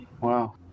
Wow